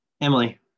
Emily